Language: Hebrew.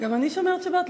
גם אני שומרת שבת,